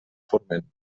forment